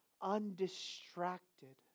undistracted